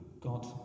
God